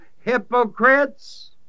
hypocrites